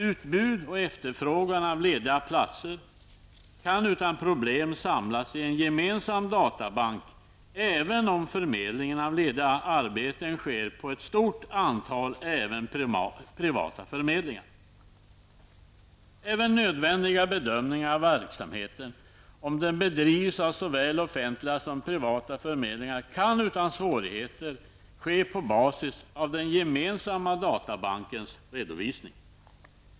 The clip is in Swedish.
Utbud och efterfrågan av lediga platser kan utan problem samlas i en gemensam databank -- även om förmedlingen av lediga arbeten också sker på ett stort antal privata förmedlingar. Även nödvändiga bedömningar av verksamheten om den bedrivs av såväl offentliga som privata förmedlingar kan utan svårigheter ske på basis av den gemensamma databankens redovisning.